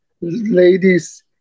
ladies